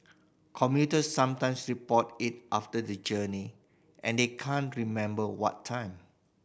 commuters sometimes report it after the journey and they can't remember what time